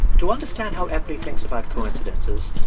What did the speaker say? to understand how epley thinks about coincidences,